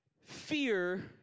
fear